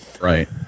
Right